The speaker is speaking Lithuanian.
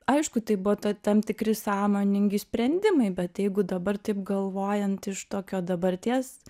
aišku tai buvo t tam tikri sąmoningi sprendimai bet jeigu dabar taip galvojant iš tokio dabarties